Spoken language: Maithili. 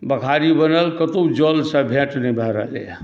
बखारी बनल कतौ जलसॅं भेट नहि भए रहलै यऽ